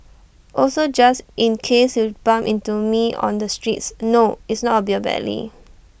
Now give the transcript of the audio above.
also just in case you bump into me on the streets no it's not A beer belly